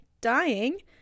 dying